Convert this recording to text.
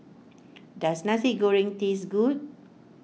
does Nasi Goreng taste good